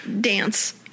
dance